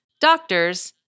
doctors